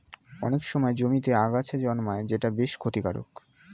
অনেক সময় জমিতে আগাছা জন্মায় যেটা বেশ ক্ষতিকারক